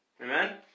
Amen